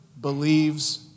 believes